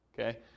Okay